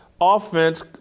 offense